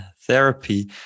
therapy